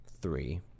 three